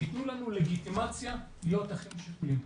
שיתנו לנו לגיטימציה להיות אחים שכולים.